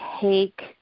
take